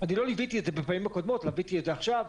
אני לא ליוויתי את זה בפעמים הקודמות ,ליוויתי את זה עכשיו,